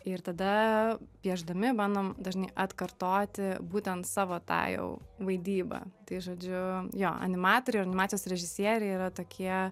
ir tada piešdami bandom dažnai atkartoti būtent savo tą jau vaidybą tai žodžiu jo animatoriai animacijos režisieriai yra tokie